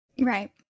right